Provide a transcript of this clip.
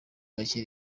make